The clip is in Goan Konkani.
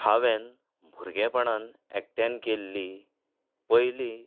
हांवेंन भुरगेपणान एकट्यान केल्ली पयली